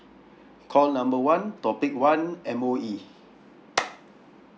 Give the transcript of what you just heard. call number one topic one M_O_E